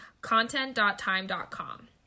content.time.com